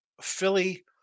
Philly